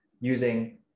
using